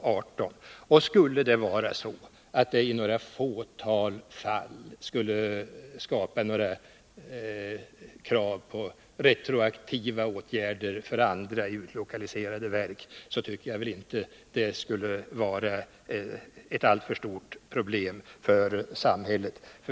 Jag vill också säga att skulle det vara så att det i några få fall skapades krav på retroaktiva åtgärder vid andra utlokaliserade verk, så tycker jag inte att detta skulle vara ett alltför stort problem för samhället.